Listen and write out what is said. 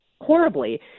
horribly